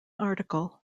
article